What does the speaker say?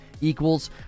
equals